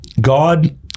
God